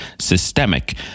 systemic